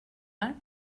här